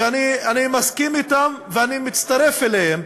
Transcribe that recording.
שאני מסכים אתם ואני מצטרף אליהם,